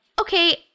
okay